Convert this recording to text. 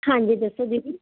ਹਾਂਜੀ ਦੱਸੋ ਦੀਦੀ